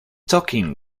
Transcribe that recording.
talking